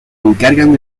encargan